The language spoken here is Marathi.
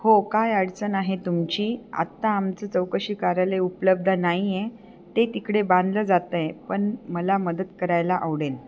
हो काय अडचण आहे तुमची आत्ता आमचं चौकशी कार्यालय उपलब्ध नाहीये ते तिकडे बांधलं जातंय पण मला मदत करायला आवडेल